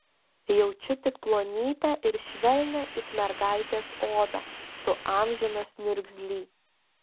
jaučiu tik plonytę ir švelnią it mergaitės odą tu amžinas niurgzly